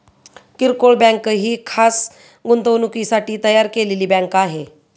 किरकोळ बँक ही खास गुंतवणुकीसाठी तयार केलेली बँक आहे